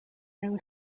new